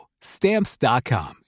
Stamps.com